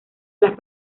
las